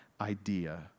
idea